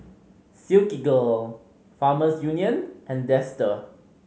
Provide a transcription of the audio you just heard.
Silkygirl Farmers Union and Dester